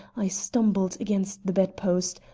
i stumbled against the bedpost,